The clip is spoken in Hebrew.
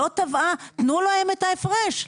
לא תבעה תנו להם את ההפרש.